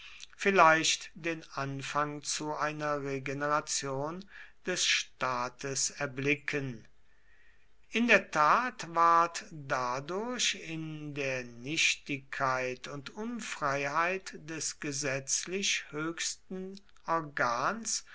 vielleicht den anfang zu einer regeneration des staates erblicken in der tat ward dadurch in der nichtigkeit und unfreiheit des gesetzlich höchsten organs